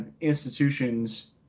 institutions